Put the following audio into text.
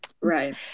Right